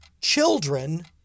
children